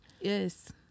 Yes